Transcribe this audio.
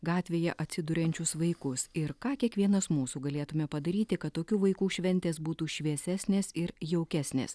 gatvėje atsiduriančius vaikus ir ką kiekvienas mūsų galėtume padaryti kad tokių vaikų šventės būtų šviesesnės ir jaukesnės